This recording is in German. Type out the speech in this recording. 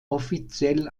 offiziell